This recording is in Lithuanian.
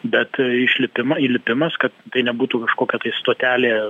bet išlipimą įlipimas kad tai nebūtų kažkokia tai stotelė